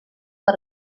per